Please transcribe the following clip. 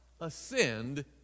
ascend